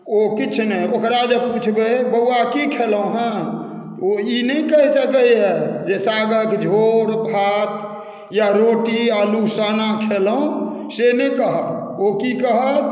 ओ किछु नहि ओकरा जे पुछबै बौआ की खेलहुॅं हँ ओ ई नहि कहि सकैया जे सागक झोड़ भात या रोटी आलू साना खेलहुॅं से नहि कहत ओ की कहत